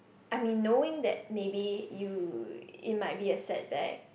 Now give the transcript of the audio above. I mean knowing that maybe you it might be a setback